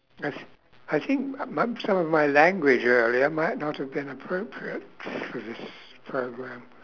yes I think um my some of my language earlier might not have been appropriate for this programme